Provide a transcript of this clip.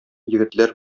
егетләр